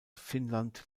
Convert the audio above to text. finnland